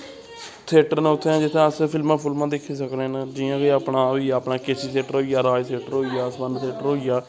theatre न उत्थें जित्थें अस फिल्मां फुल्मां दिक्खी सकने न जियां कि अपना होई गेआ केसी थियेटर होई गेआ राज थियेटर होई गेआ सलाम थियेटर होई गेआ